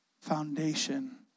foundation